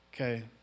okay